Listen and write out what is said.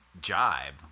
jibe